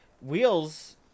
Wheels